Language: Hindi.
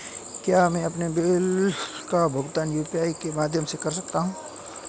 क्या मैं अपने बिलों का भुगतान यू.पी.आई के माध्यम से कर सकता हूँ?